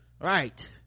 Right